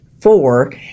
four